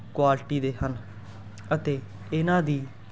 quality ਦੇ ਹਨ ਅਤੇ ਇਹਨਾਂ ਦੀ